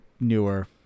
newer